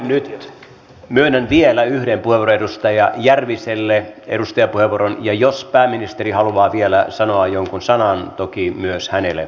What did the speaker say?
nyt myönnän vielä yhden edustajapuheenvuoron edustaja järviselle ja jos pääministeri haluaa vielä sanoa jonkun sanan toki myös hänelle